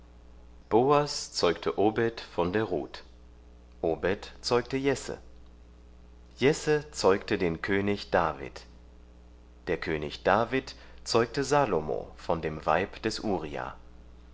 boas zeugte obed von der ruth obed zeugte jesse jesse zeugte den könig david der könig david zeugte salomo von dem weib des uria